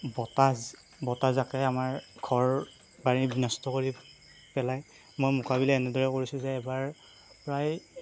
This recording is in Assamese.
বতাহ বতাহজাকে আমাৰ ঘৰ বাৰী বিনষ্ট কৰি পেলায় মই মোকাবিলা এনেদৰে কৰিছোঁ যে এবাৰ প্ৰায়